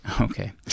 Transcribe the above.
Okay